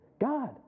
God